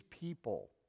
people